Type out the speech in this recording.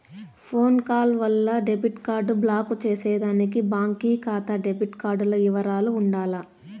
phone call వల్ల debit card block చేసేదానికి బాంకీ కాతా డెబిట్ కార్డుల ఇవరాలు ఉండాల